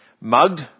mugged